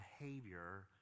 behavior